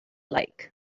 like